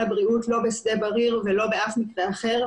הבריאות לא בשדה בריר ולא באף מקרה אחר,